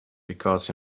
because